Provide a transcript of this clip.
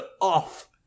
off